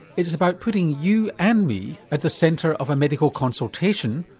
it's about putting you and me at the centre of a medical consultation,